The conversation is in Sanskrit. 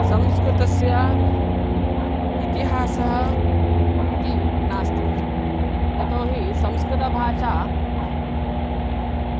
संस्कृतस्य इतिहासः इति नास्ति यतोहि संस्कृतभाषा